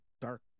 dark